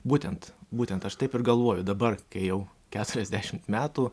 būtent būtent aš taip ir galvoju dabar kai jau keturiasdešimt metų